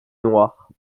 noire